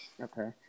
Okay